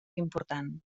important